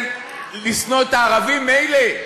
לשנוא את הערבים, מילא.